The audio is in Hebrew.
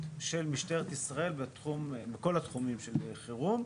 של משטרת ישראל בכל התחומים של חירום,